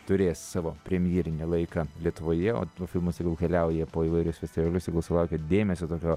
turės savo premjerinį laiką lietuvoje o filmas tegul keliauja po įvairius festivalius tegul sulaukia dėmesio tokio